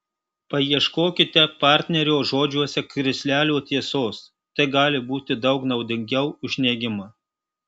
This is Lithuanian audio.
paieškokite partnerio žodžiuose krislelio tiesos tai gali būti daug naudingiau už neigimą